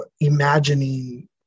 imagining